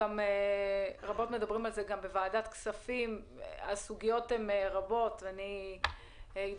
הסוגיות הן באמת רבות,